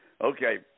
Okay